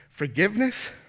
Forgiveness